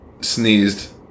sneezed